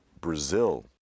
Brazil